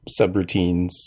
subroutines